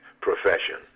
profession